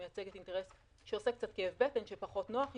שהיא מייצגת אינטרס שעושה קצת כאב בטן שפחות נוח אתו.